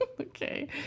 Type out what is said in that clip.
Okay